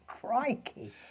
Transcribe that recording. crikey